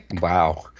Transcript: Wow